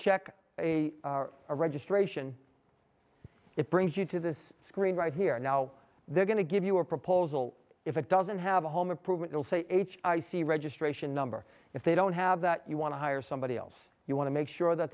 check a registration it brings you to this screen right here and now they're going to give you a proposal if it doesn't have a home improvement you'll say h i c registration number if they don't have that you want to hire somebody else you want to make sure that